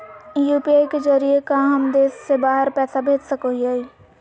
UPI के जरिए का हम देश से बाहर पैसा भेज सको हियय?